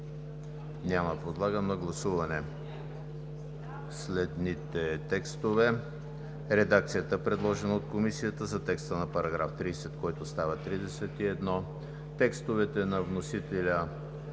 Няма. Подлагам на гласуване следните текстове: редакцията, предложена от Комисията за текста на § 30, който става § 31; текстовете на вносителя